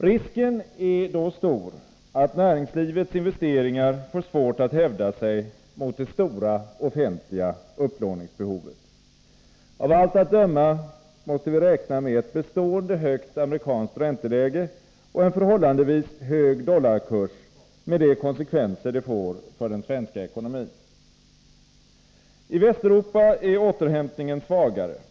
Risken är då stor att näringslivets investeringar får svårt att hävda sig mot det stora offentliga upplåningsbehovet. Av allt att döma måste vi räkna med ett bestående högt amerikanskt ränteläge och en förhållandevis hög dollarkurs, med de konsekvenser det får för den svenska ekonomin. I Västeuropa är återhämtningen svagare.